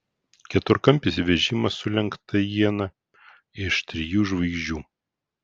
keturkampis vežimas su lenkta iena iš trijų žvaigždžių